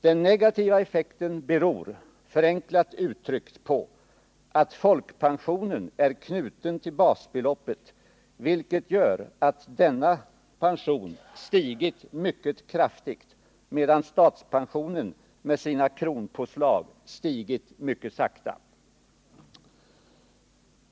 Den negativa effekten beror, enkelt uttryckt, på att folkpensionen är knuten till basbeloppet, vilket gör att denna pension stigit mycket kraftigt, medan statspensionen med sina kronpåslag stigit mycket sakta.